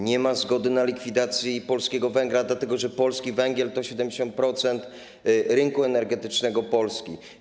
Nie ma zgody na likwidację polskiego węgla, dlatego że polski węgiel to 70% rynku energetycznego Polski.